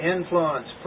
Influence